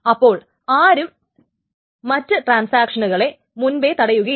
അപ്പോൾ ആരും മറ്റു ട്രാന്സാക്ഷന്കളെ മുൻപേ തടയുകയില്ല